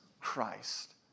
Christ